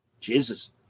Jesus